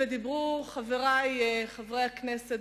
ודיברו חברי חברי הכנסת,